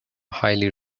highly